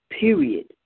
period